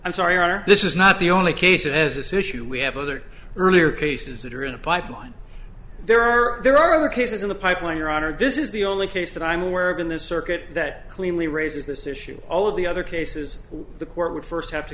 i'm sorry roger this is not the only case it has this issue we have other earlier cases that are in the pipeline there are there are other cases in the pipeline your honor this is the only case that i'm aware of in this circuit that cleanly raises this issue all of the other cases the court would first have to